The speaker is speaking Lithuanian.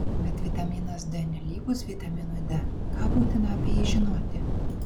bet vitaminas d nelygus vitaminui d ką būtina apie jį žinoti